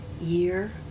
Year